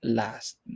last